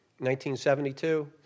1972